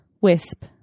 wisp